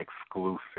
exclusive